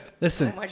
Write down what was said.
listen